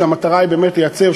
והמטרה היא באמת לייצר,